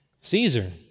Caesar